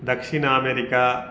दक्षिण अमेरिका